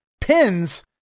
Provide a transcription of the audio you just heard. pins